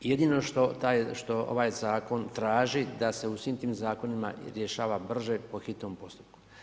Jedino što taj, ovaj zakon traži, da se u svim tim zaklonima i rješava brže, po hitnom postupku.